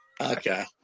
Okay